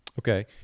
Okay